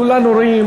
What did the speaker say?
כולנו רואים,